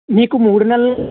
మీకు మూడు నెలల్లో